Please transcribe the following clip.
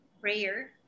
prayer